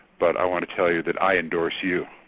but i want to tell you that i endorse you.